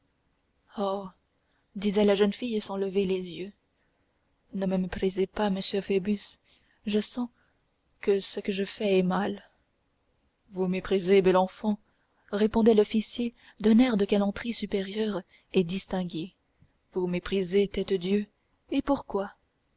disait la jeune fille sans lever les yeux ne me méprisez pas monseigneur phoebus je sens que ce que je fais est mal vous mépriser belle enfant répondait l'officier d'un air de galanterie supérieure et distinguée vous mépriser tête dieu et pourquoi